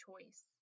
choice